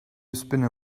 spinner